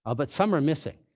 ah but some are missing.